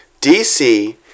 DC